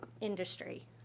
Industry